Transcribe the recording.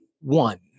one